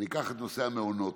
וניקח את נושא המעונות: